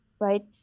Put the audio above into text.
right